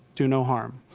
do no harm.